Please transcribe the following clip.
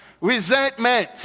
resentment